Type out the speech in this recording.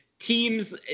Teams